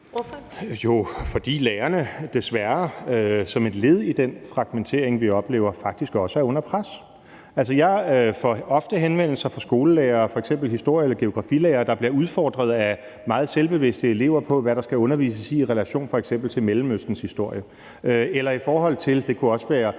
(DF) : Fordi lærerne desværre som et led i den fragmentering, vi oplever, faktisk også er under pres. Altså, jeg får ofte henvendelser fra skolelærere, f.eks. historie- eller geografilærere, der bliver udfordret af meget selvbevidste elever på, hvad der skal undervises i i relation til f.eks. Mellemøstens historie. Det kunne også være